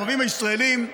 הערבים הישראלים,